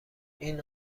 این